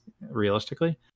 realistically